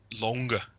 longer